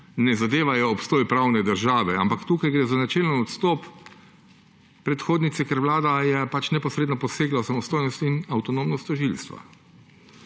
ne zadevajo obstoja pravne države, ampak tukaj gre za načelen odstop predhodnice, ker vlada je pač neposredno posegla v samostojnost in avtonomnost tožilstva.